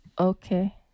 Okay